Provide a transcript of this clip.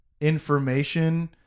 information